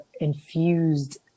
infused